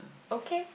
okay